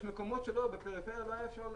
יש מקומות שלא בפריפריה לא היה אפשר.